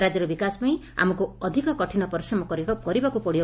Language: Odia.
ରାଜ୍ୟର ବିକାଶ ପାଇଁ ଆମକୁ ଅଧିକ କଠିନ ପରିଶ୍ରମ କରିବାକୁ ପଡ଼ିବ